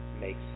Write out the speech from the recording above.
makes